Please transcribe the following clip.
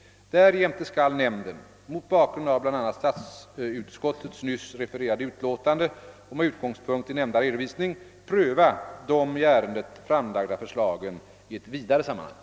Därjämte skall nämnden — mot bakgrund av bl.a. statsutskottets nyss refererade utlåtande och med utgångspunkt i nämnda redovisning — pröva de i ärendet framlagda förslagen i ett vidare sammanhang.